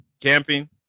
camping